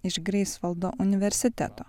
iš greifsvaldo universiteto